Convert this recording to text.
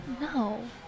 No